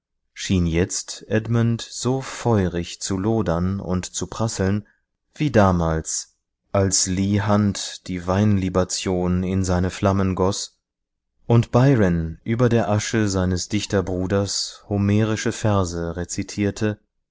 schien jetzt edmund so feurig zu lodern und zu prasseln wie damals als leigh hunt die weinlibation in seine flammen goß und byron über die asche seines dichterbruders homerische verse rezitierte